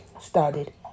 Started